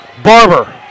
Barber